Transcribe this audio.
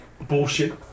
bullshit